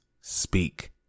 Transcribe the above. speak